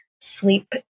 sleep